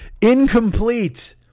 incomplete